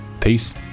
Peace